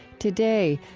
today,